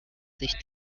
sich